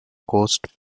coast